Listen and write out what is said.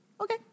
okay